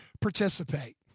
Participate